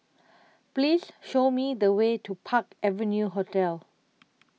Please Show Me The Way to Park Avenue Hotel